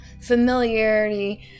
familiarity